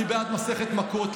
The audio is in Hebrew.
אני בעד מסכת מכות,